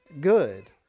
good